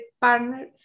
partner